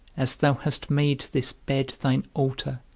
as thou hast made this bed thine altar,